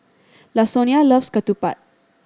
Lasonya loves ketupat